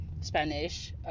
spanish